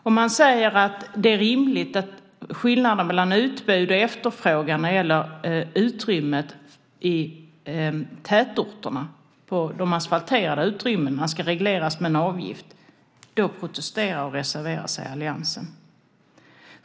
Om vi säger att det är rimligt att skillnaden mellan utbud och efterfrågan när det gäller det asfalterade utrymmet i tätorterna ska regleras med en avgift protesterar och reserverar sig alliansen.